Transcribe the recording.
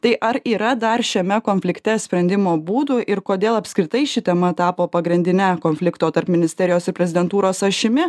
tai ar yra dar šiame konflikte sprendimo būdų ir kodėl apskritai ši tema tapo pagrindine konflikto tarp ministerijos ir prezidentūros ašimi